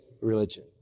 religion